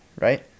right